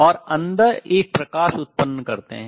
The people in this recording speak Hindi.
और अंदर एक प्रकाश उत्पन्न करते हैं